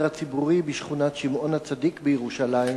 הציבורי בשכונת שמעון-הצדיק בירושלים,